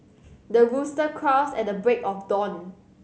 the rooster crows at the break of dawn